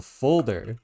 folder